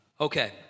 Okay